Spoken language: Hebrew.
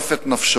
שמחרף את נפשו,